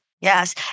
yes